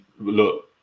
look